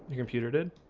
computer did